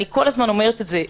אני כל הזמן אומרת את זה,